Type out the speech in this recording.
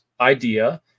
idea